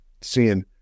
seeing